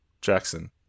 Jackson